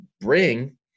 bring